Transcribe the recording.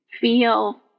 feel